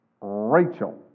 Rachel